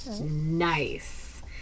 nice